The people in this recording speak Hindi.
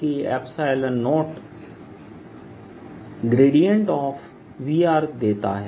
और इसलिए यह K0V देता है